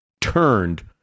turned